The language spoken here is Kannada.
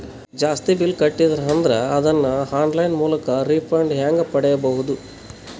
ಜಾಸ್ತಿ ಬಿಲ್ ಕಟ್ಟಿದರ ಅದನ್ನ ಆನ್ಲೈನ್ ಮೂಲಕ ರಿಫಂಡ ಹೆಂಗ್ ಪಡಿಬಹುದು?